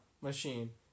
machine